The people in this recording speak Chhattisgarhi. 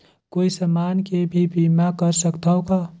कोई समान के भी बीमा कर सकथव का?